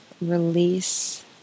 release